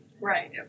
Right